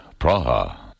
Praha